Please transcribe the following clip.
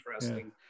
interesting